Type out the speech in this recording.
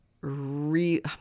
re